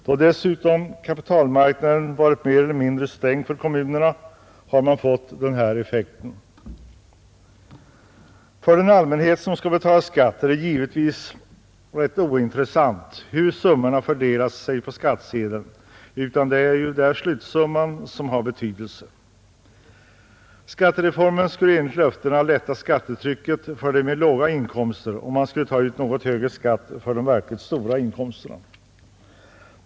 Då dessutom kapitalmarknaden varit mer eller mindre stängd för kommunerna har man fått denna effekt. För den allmänhet som skall betala skatt är det givetvis ganska ointressant hur summorna fördelar sig på skattsedeln. Det är i stället slutsumman som har betydelse. Skattereformen skulle enligt löftena lätta skattetrycket för dem med låga inkomster och man skulle ta ut något högre skatt för verkligt stora inkomster.